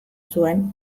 zuen